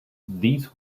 these